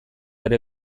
ere